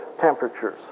temperatures